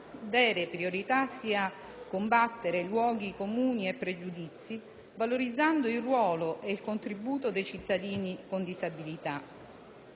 vere priorità sia combattere luoghi comuni e pregiudizi, valorizzando il ruolo e il contributo dei cittadini con disabilità.